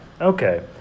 okay